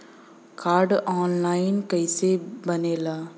Card online कइसे बनेला?